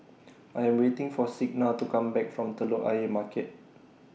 I Am waiting For Signa to Come Back from Telok Ayer Market